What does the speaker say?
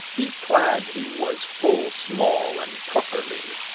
y-clad he was full small and properly,